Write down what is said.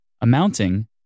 amounting